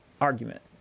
argument